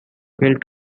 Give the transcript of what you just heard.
built